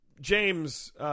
James